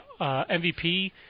MVP